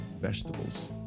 vegetables